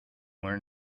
learn